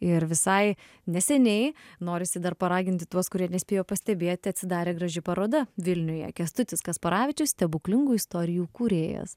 ir visai neseniai norisi dar paraginti tuos kurie nespėjo pastebėti atsidarė graži paroda vilniuje kęstutis kasparavičius stebuklingų istorijų kūrėjas